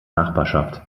nachbarschaft